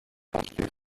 het